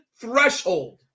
threshold